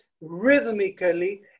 rhythmically